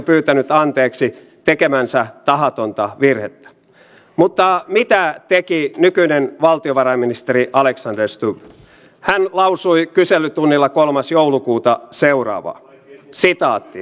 kyseessä yleensä on lompakko käsilaukku tai rahan huijaaminen tai pankki tai luottokorttivarkaudet ja ei ainoastaan ikääntyneillä vaan myös vammaisilla